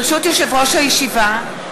ברשות יושב-ראש הישיבה,